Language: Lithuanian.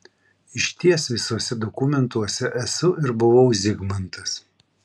išties visuose dokumentuose esu ir buvau zigmantas